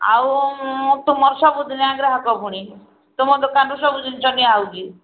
ଆଉ ମୁଁ ତୁମର ସବୁଦିନିଆ ଗ୍ରାହକ ଫୁଣି ତୁମ ଦୋକାନରୁ ସବୁ ଜିନିଷ ନିଆହେଉଛି